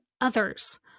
others